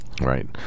Right